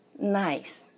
nice